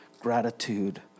gratitude